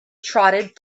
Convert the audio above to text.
trotted